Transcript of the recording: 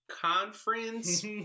conference